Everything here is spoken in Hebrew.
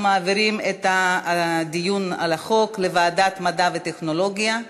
2015, לוועדת המדע והטכנולוגיה נתקבלה.